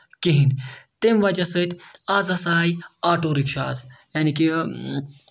کِہینۍ نہٕ تٔمۍ وجہہ سۭتۍ آز ہسا آیہِ آٹوٗ رِکشاز یعنے کہِ